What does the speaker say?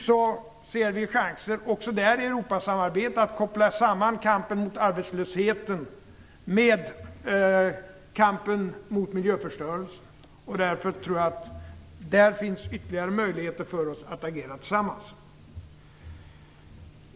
Nu ser vi chanser också där i Europasamarbetet att koppla samman kampen mot arbetslösheten med kampen mot miljöförstörelse. Därför tror jag att det där finns ytterligare möjligheter för oss att agera tillsammans.